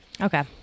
okay